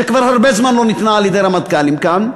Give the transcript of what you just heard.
שכבר הרבה זמן לא ניתנה על-ידי רמטכ"לים כאן,